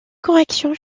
corrections